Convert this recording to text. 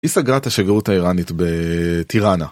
היא סגרה את השגרירות האיראנית בטיראנה.